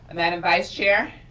madam vice chair?